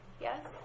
Yes